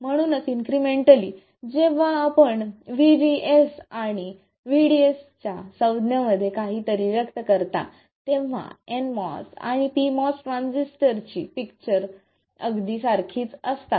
म्हणूनच इन्क्रिमेंटली जेव्हा आपण vGS आणि vDS च्या संज्ञा मध्ये सर्वकाही व्यक्त करता तेव्हा nMOS आणि pMOS ट्रान्झिस्टरची पिक्चर अगदी सारखीच असतात